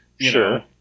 Sure